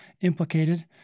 implicated